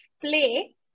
play